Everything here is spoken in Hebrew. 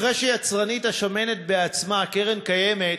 אחרי שיצרנית השמנת בעצמה, קרן קיימת,